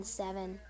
seven